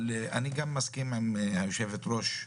אבל אני גם מסכים עם היושבת ראש,